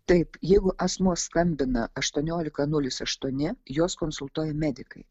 taip jeigu asmuo skambina aštuoniolika nulis aštuoni juos konsultuoja medikai